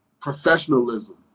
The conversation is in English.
professionalism